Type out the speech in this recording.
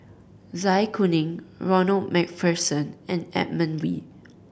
Zai Kuning Ronald Macpherson and Edmund Wee